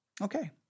Okay